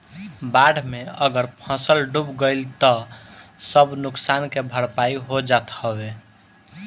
बाढ़ में अगर फसल डूब गइल तअ सब नुकसान के भरपाई हो जात हवे